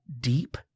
deep